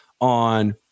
on –